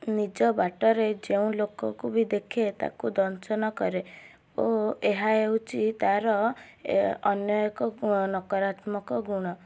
ନିଜ ବାଟରେ ଯେଉଁ ଲୋକକୁ ବି ଦେଖେ ତାକୁ ଦଂଶନ କରେ ଓ ଏହା ହେଉଛି ତାର ଅନ୍ୟ ଏକ ନକାରାତ୍ମକ ଗୁଣ